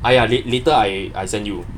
!aiya! later I send you